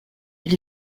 ils